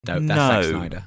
No